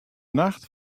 nacht